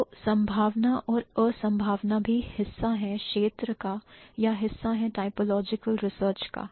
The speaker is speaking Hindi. तो संभावना और और संभावना भी हिस्सा है क्षेत्र का या हिस्सा है typological research का